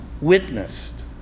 witnessed